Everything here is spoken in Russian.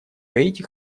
гаити